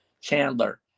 Chandler